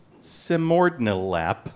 Simordnilap